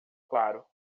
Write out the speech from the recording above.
claro